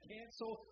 Cancel